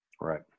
Right